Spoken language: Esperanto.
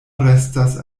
restas